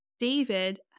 David